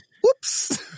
whoops